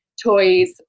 toys